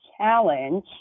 challenge